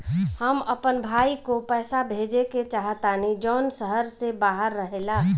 हम अपन भाई को पैसा भेजे के चाहतानी जौन शहर से बाहर रहेला